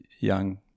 young